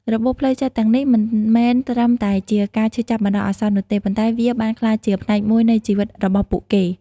របួសផ្លូវចិត្តទាំងនេះមិនមែនត្រឹមតែជាការឈឺចាប់បណ្តោះអាសន្ននោះទេ ប៉ុន្តែវាបានក្លាយជាផ្នែកមួយនៃជីវិតរបស់ពួកគេ។